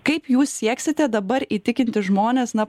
kaip jūs sieksite dabar įtikinti žmones na